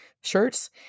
shirts